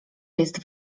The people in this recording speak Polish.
jest